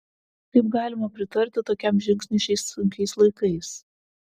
kaip galima pritarti tokiam žingsniui šiais sunkiais laikais